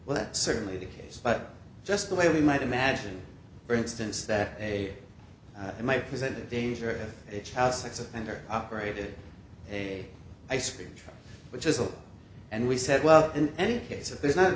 well that's certainly the case but just the way we might imagine for instance that a in my present danger of a child sex offender operated a ice cream truck which is all and we said well in any case if there's not a